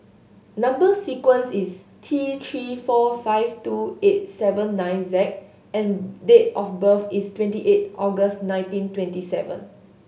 number sequence is T Three four five two eight seven nine Z and date of birth is twenty eight August nineteen twenty seven